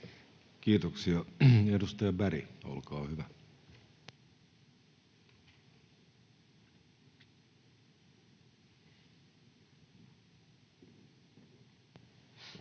Kiitoksia. — Edustaja Berg, olkaa hyvä.